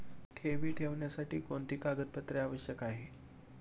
ठेवी ठेवण्यासाठी कोणते कागदपत्रे आवश्यक आहे?